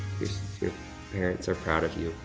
your parents are proud of you,